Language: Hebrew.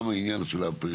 זה גם העניין של פריפריה,